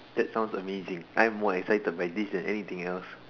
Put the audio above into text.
that sounds amazing I'm more excited by this than anything else